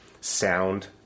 sound